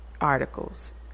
articles